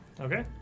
Okay